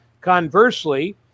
Conversely